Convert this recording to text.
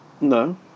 No